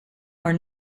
are